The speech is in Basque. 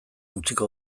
utziko